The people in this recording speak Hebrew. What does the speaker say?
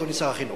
אדוני שר החינוך: